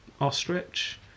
ostrich